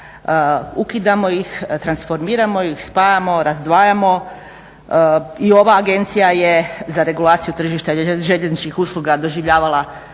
ukidamo ih, transformiramo ih, spajamo, razdvajamo. I ova Agencija je za regulaciju tržišta željezničkih usluga doživljavala